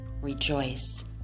rejoice